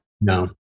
No